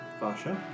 Vasha